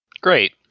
Great